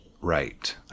right